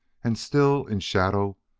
and, still in shadow,